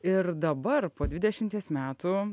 ir dabar po dvidešimties metų